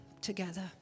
together